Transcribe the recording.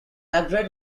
upgrade